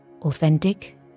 Authentic